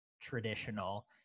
traditional